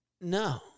No